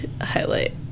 highlight